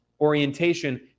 orientation